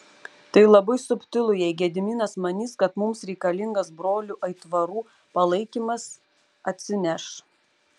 tai labai subtilu jei gediminas manys kad mums reikalingas brolių aitvarų palaikymas atsineš